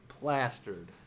plastered